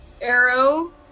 arrow